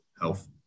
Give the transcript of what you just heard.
health